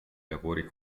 lavori